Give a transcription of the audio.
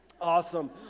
awesome